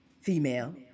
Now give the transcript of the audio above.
female